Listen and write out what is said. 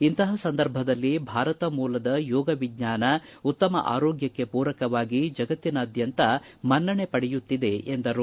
ಇಂತಹ ಸಂದರ್ಭದಲ್ಲಿ ಭಾರತ ಮೂಲದ ಯೋಗವಿಜ್ಞಾನ ಉತ್ತಮ ಆರೋಗ್ಟಕ್ಕೆ ಪೂರಕವಾಗಿ ಜಗತ್ತಿನಾದ್ಯಂತ ಮನ್ನಣೆ ಪಡೆಯುತ್ತಿದೆ ಎಂದರು